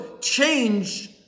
change